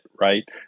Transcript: right